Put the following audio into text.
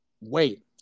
wait